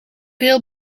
veel